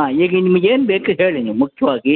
ಹಾಂ ಈಗ ನಿಮಿಗೆ ಏನು ಬೇಕು ಹೇಳಿ ನೀವು ಮುಖ್ಯವಾಗಿ